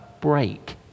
break